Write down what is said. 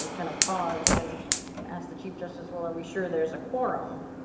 and kind of paused and asked the chief justice well are we sure there's a corum?